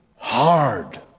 hard